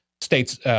states